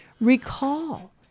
Recall